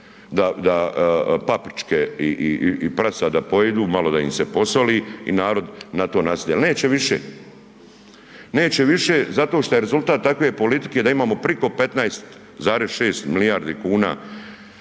da paprčke i prasad da pojedu, malo da im se posoli i narod na to nasjeda. Neće više. Neće više zato što je rezultat takve politike da imamo priko 15,6 milijardi kuna